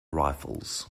rifles